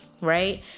right